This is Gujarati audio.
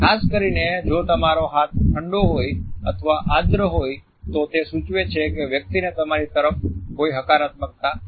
ખાસ કરીને જો તમારો હાથ ઠંડો હોય અથવા આર્દ્ર હોય તો તે સૂચવે છે કે વ્યક્તિને તમારી તરફ કોઈ હકારાત્મકતા નથી